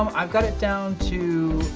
um i've got it down to.